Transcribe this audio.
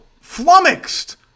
flummoxed